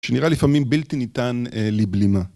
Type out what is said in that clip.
שנראה לפעמים בלתי ניתן לבלימה.